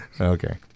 Okay